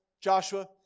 Joshua